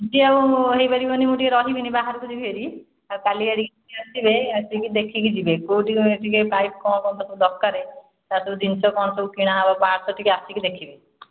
ଆଜି ଆଉ ହେଇପାରିବନି ମୁଁ ଟିକେ ରହିବିନି ବାହାରକୁ ଯିବିହେରି ଆଉ କାଲି ଆଡ଼ିକି ଆସିବେ ଆସିକି ଦେଖିକି ଯିବେ କେଉଁଠି ଟିକେ ପାଇପ୍ କ'ଣ କ'ଣ ସବୁ ଦରକାର ତା'ପରେ ଜିନିଷ କ'ଣ ସବୁ କିଣା ହେବ ଆସିକି ଦେଖିବେ